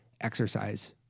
exercise